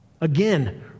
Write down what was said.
Again